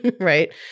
Right